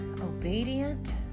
obedient